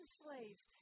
slaves